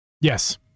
Yes